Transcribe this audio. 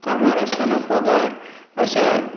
कामार आसतना पगार अश्या